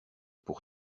pour